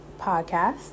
Podcast